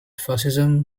fascism